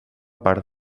part